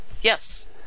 Yes